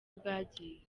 bwagiye